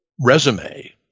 resume